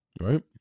right